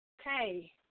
Okay